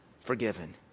forgiven